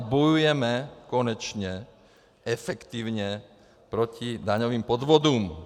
Bojujeme konečně efektivně proti daňovým podvodům.